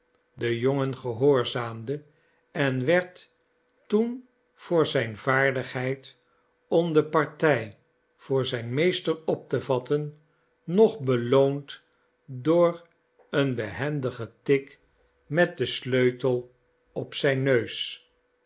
de jongen gehoorzaamde en werd toen voor zijne vaardigheid om de party voor zijn meester op te vatten nog beloond door een behendigen tik met den sleutel op zijn neus